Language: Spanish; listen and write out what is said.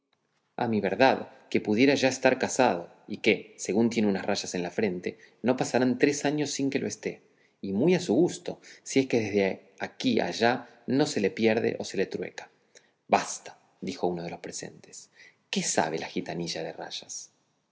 a mi verdad que pudiera ya estar casado y que según tiene unas rayas en la frente no pasarán tres años sin que lo esté y muy a su gusto si es que desde aquí allá no se le pierde o se le trueca basta dijo uno de los presentes qué sabe la gitanilla de rayas